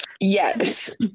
Yes